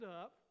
up